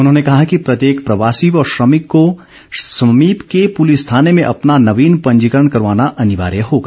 उन्होंने कहा कि प्रत्येक प्रवासी व श्रमिक को समीप के पुलिस थाने में अपना नवीन पंजीकरण करवाना अनिवार्य होगा